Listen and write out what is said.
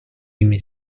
ими